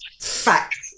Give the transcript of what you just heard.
Fact